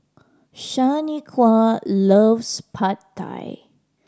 Shanequa loves Pad Thai